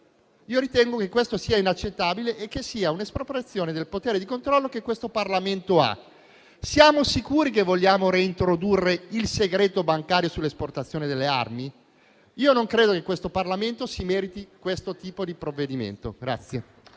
Ritengo che ciò sia inaccettabile e sia un'espropriazione del potere di controllo che questo Parlamento ha. Siamo sicuri di voler reintrodurre il segreto bancario sull'esportazione delle armi? Io non credo che questo Parlamento meriti tale tipo di provvedimento.